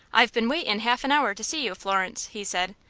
i've been waitin' half an hour to see you, florence, he said.